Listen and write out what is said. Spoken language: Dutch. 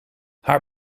haar